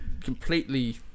Completely